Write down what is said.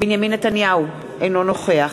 בנימין נתניהו, אינו נוכח